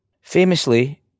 Famously